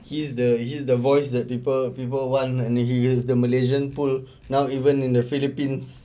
he's the he's the voice that people people want and he is the malaysian pool now even in the philippines